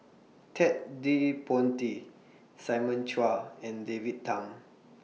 Ted De Ponti Simon Chua and David Tham